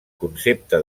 concepte